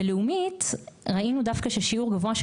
בלאומית ראינו דווקא ששיעור גבוה של